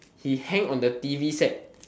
he hang on the t_v set